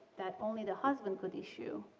that only the husband could issue.